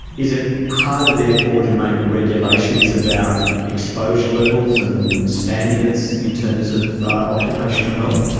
is it harder therefore to make regulations about exposure levels and standards in terms of occupational health?